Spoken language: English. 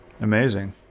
Amazing